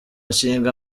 ishinga